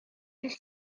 his